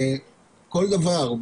כל דבר.